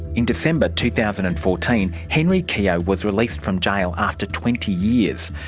in december two thousand and fourteen, henry keogh was released from jail after twenty years.